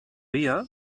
via